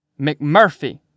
McMurphy